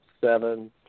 seven